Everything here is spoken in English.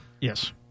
Yes